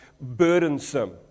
burdensome